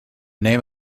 name